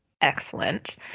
excellent